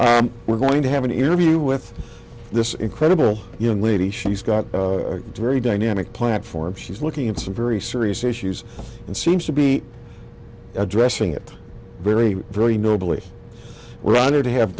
county we're going to have an interview with this incredible young lady she's got a very dynamic platform she's looking at some very serious issues and seems to be addressing it very very noble